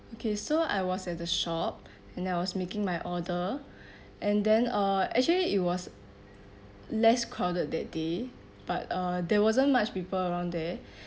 okay so I was at the shop and I was making my order and then uh actually it was less crowded that day but uh there wasn't much people around there